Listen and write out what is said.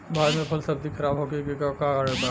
भारत में फल सब्जी खराब होखे के का कारण बा?